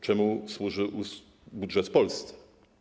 Czemu służy budżet w Polsce?